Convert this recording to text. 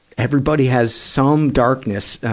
everybody has some darkness, ah,